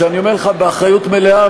שאני אומר לך באחריות מלאה,